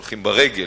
הולכים ברגל,